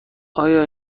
آیا